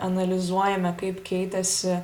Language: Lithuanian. analizuojame kaip keitėsi